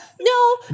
No